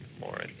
more